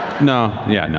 no, yeah,